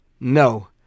no